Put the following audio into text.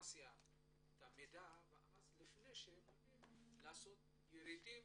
האינפורמציה ולפני שהם עולים, לעשות ירידים